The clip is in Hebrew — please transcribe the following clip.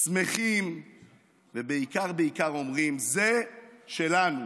שמחים ובעיקר בעיקר אומרים: זה שלנו,